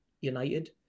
United